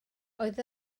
oedd